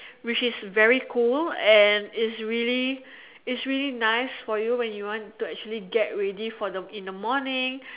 which is very cool and is really is really nice for you when you want to actually get ready for the in the morning